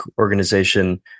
organization